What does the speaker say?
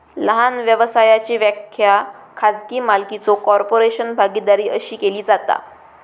लहान व्यवसायाची व्याख्या खाजगी मालकीचो कॉर्पोरेशन, भागीदारी अशी केली जाता